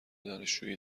دانشجویی